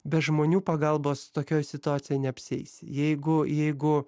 be žmonių pagalbos tokioj situacijoj neapsieisi jeigu jeigu